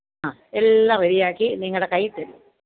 ആഹ് എല്ലാം റെഡിയാക്കി നിങ്ങളുടെ കയ്യിൽ തരും